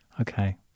okay